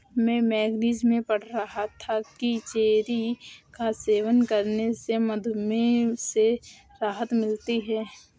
मैं मैगजीन में पढ़ रहा था कि चेरी का सेवन करने से मधुमेह से राहत मिलती है